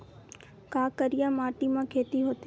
का करिया माटी म खेती होथे?